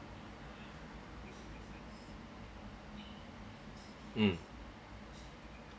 mm